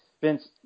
Vince